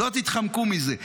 לא תתחמקו מזה.